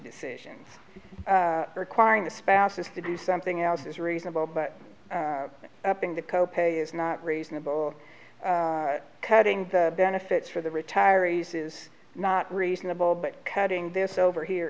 decisions requiring the spouses to do something else is reasonable but upping the co pay is not reasonable cutting benefits for the retiree's is not reasonable but cutting this over here